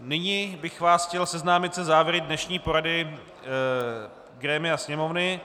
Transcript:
Nyní bych vás chtěl seznámit se závěry dnešní porady grémia Sněmovny.